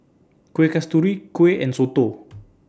Kueh Kasturi Kuih and Soto